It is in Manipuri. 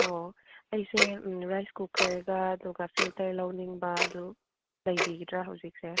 ꯑꯣ ꯑꯩꯁꯦ ꯔꯥꯏꯁ ꯀꯨꯀꯔꯒ ꯑꯗꯨꯒ ꯐꯤꯜꯇꯔ ꯂꯧꯅꯤꯡꯕ ꯑꯗꯨ ꯂꯩꯕꯤꯒꯗ꯭ꯔꯥ ꯍꯧꯖꯤꯛꯁꯦ